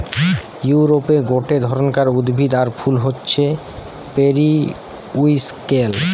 ইউরোপে গটে ধরণকার উদ্ভিদ আর ফুল হচ্ছে পেরিউইঙ্কেল